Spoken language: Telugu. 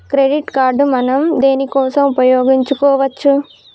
క్రెడిట్ కార్డ్ మనం దేనికోసం ఉపయోగించుకోవచ్చు?